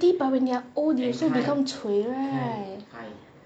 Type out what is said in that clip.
pretty but when you're old they also become cui right